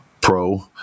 Pro